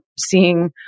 seeing